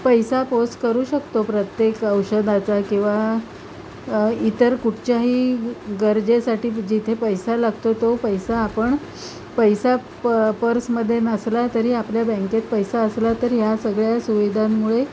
पैसा पोस्ट करू शकतो प्रत्येक औषधाचा किंवा इतर कुठच्याही गरजेसाठी जिथे पैसा लागतो तो पैसा आपण पैसा प पर्समध्ये नसला तरी आपल्या बँकेत पैसा असला तर ह्या सगळ्या सुविधांमुळे